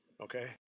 okay